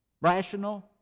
Rational